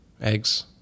eggs